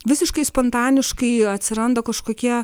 visiškai spontaniškai atsiranda kažkokie